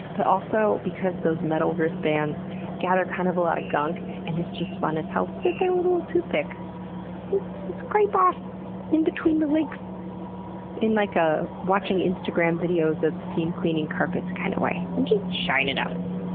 but also, because those metal wristbands gather kind of a lot of gunk and it's just fun as hell to sit there with a toothpick and scrape off in between the links, like in like a, watching instagram videos of steam cleaning carpets kind of way, and just shine it up!